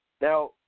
Now